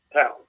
town